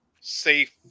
safe